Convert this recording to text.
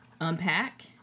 unpack